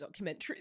documentaries